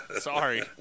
Sorry